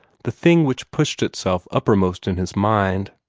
the thing which pushed itself uppermost in his mind.